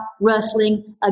wrestling